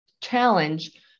challenge